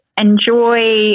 enjoy